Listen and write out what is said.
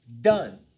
Done